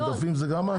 זה גם את?